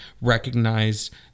recognized